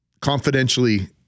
confidentially